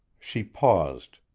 she paused.